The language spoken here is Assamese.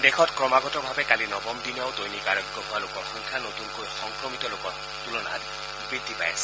দেশত ক্ৰমাগতভাৱে কালি নৱম দিনাও দৈনিক আৰোগ্য হোৱা লোকৰ সংখ্যা নতুনকৈ সংক্ৰমিত লোকৰ তুলনাত বৃদ্ধি পাই আছে